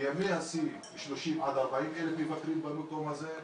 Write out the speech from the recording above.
בימי השיא, 30,000 עד 40,000 מבקרים במקום הזה.